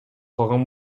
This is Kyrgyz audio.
калган